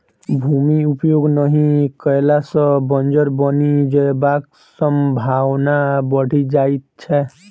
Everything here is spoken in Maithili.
भूमि उपयोग नहि कयला सॅ बंजर बनि जयबाक संभावना बढ़ि जाइत छै